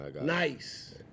nice